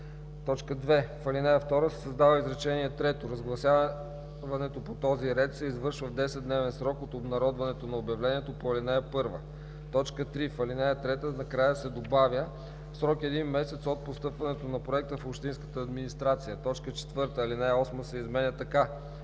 2. В ал. 2 се създава изречение трето:„Разгласяването по този ред се извършва в 10-дневен срок от обнародването на обявлението по ал. 1.“ 3. В ал. 3 накрая се добавя „в срок един месец от постъпването на проекта в общинската администрация“. 4. Алинея 8 се изменя така: